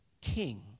king